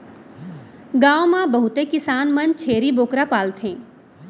गॉव म बहुते किसान मन छेरी बोकरा पालथें